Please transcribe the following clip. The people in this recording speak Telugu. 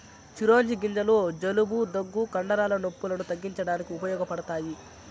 చిరోంజి గింజలు జలుబు, దగ్గు, కండరాల నొప్పులను తగ్గించడానికి ఉపయోగపడతాయి